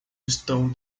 estão